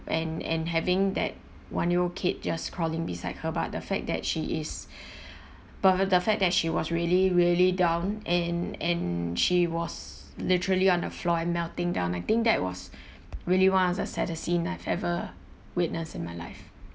and and having that one year old kid just crawling beside her but the fact that she is but uh the fact that she was really really down and and she was literally on the floor and melting down I think that was really one of the saddest scene I've ever witness in my life